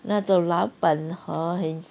那种老板 hor 很